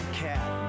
cat